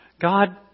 God